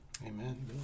Amen